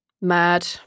mad